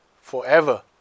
forever